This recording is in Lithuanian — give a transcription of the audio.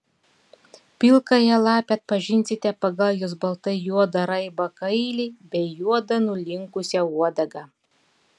pilkąją lapę atpažinsite pagal jos baltai juodą raibą kailį bei juodą nulinkusią uodegą